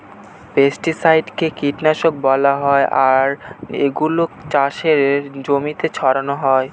পেস্টিসাইডকে কীটনাশক বলা হয় আর এগুলা চাষের জমিতে ছড়ানো হয়